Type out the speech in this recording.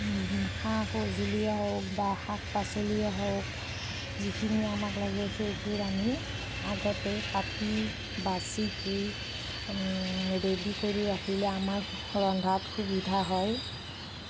সা সজুলিয়েই হওঁক বা শাক পাচলিয়েই হওঁক যিখিনি আমাক লাগে সেইবোৰ আমি আগতেই কাটি বাচি ধুই ৰেডি কৰি ৰাখিলে আমাৰ ৰন্ধাত সুবিধা হয়